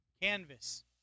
canvas